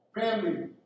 Family